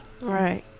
right